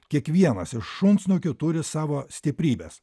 kiekvienas iš šunsnukių turi savo stiprybes